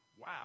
Wow